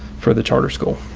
for the charter school.